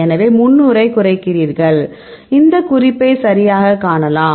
எனவே 300 ஐக் குறைக்கிறீர்கள் இந்த குறிப்பை சரியாகக் காணலாம்